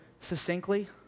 succinctly